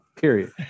Period